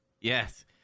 Yes